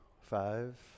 five